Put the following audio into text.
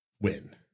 win